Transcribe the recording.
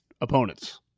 opponents